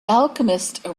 alchemist